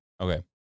Okay